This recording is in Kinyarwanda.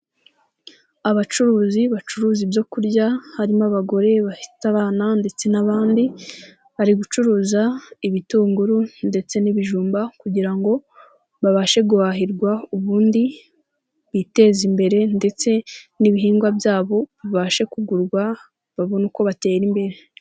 Abacuruzi bacuruza ibyo kurya harimo abagore bafite abana ndetse n'abandi bari gucuruza ibitunguru ndetse n'ibijumba, kugira ngo babashe guhahirwa ubundi biteze imbere, ndetse n'ibihingwa byabo bibashe kugurwa babone uko batera imbere.